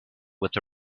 with